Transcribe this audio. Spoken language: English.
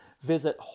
Visit